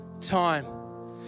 time